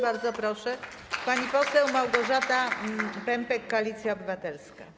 Bardzo proszę, pani poseł Małgorzata Pępek, Koalicja Obywatelska.